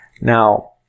Now